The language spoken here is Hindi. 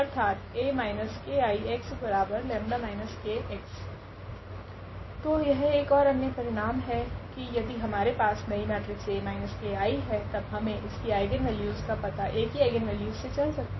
𝐴𝑥𝜆𝑥 ⇒𝐴𝑥−𝑘𝐼𝑥𝜆𝑥−𝑘𝑥 ⇒𝐴−𝑘𝐼𝑥𝜆−𝑘𝑥 तो यह एक ओर अन्य परिणाम है की यदि हमारे पास नई मेट्रिक्स A kI है तब हमे इसकी आइगनवेल्यूस का पता A की आइगनवेल्यूस से चल जाता है